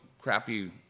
crappy